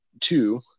Two